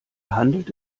handelt